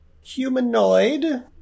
humanoid